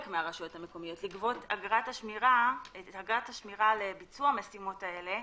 מהרשויות המקומיות לגבות את אגרת השמירה לביצוע המשימות האלה,